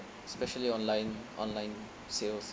especially online online sales